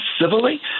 civilly